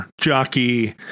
jockey